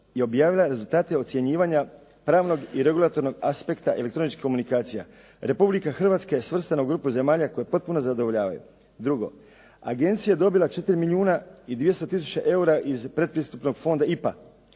je objavila rezultate ocjenjivanja pravnog i regulatornog aspekta elektroničkih komunikacija. Republika Hrvatska je svrstana u grupu zemalja koje potpuno zadovoljavaju. Drugo, agencija je dobila 4 milijuna i 200 tisuća eura iz predpristupnog fonda IPA